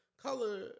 color